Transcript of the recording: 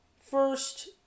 First